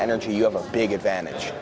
energy you have a big advantage